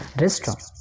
restaurant